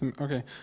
Okay